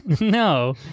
No